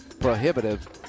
prohibitive